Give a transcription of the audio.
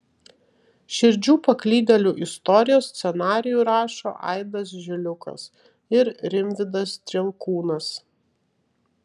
širdžių paklydėlių istorijos scenarijų rašo aidas žiliukas ir rimvydas strielkūnas